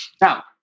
Now